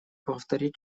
повторить